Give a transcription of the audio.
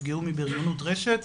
נפגעו מבריונות רשת,